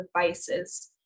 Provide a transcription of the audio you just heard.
devices